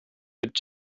mit